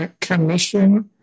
Commission